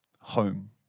home